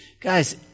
Guys